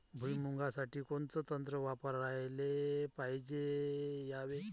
भुइमुगा साठी कोनचं तंत्र वापराले पायजे यावे?